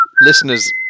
listeners